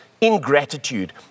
ingratitude